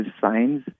signs